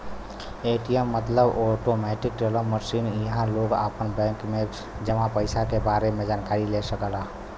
ATM मतलब automatic teller machine इहां लोग आपन बैंक में जमा पइसा क बारे में जानकारी ले सकलन